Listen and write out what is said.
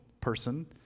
person